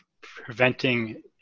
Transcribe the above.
preventing